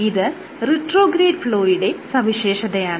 ഇത് റിട്രോഗ്രേഡ് ഫ്ലോയുടെ സവിശേഷതയാണ്